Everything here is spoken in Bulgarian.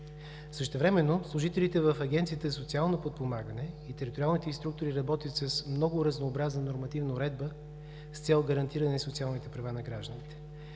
Същевременно служителите в Агенцията за социално подпомагане и териториалните инструктори работят с много разнообразна нормативна уредба, с цел гарантиране на социалните права на гражданите.